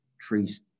trees